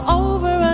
over